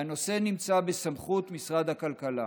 והנושא נמצא בסמכות משרד הכלכלה.